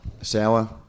Sour